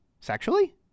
Sexually